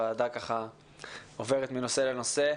הוועדה עוברת מנושא לנושא.